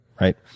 right